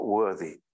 worthy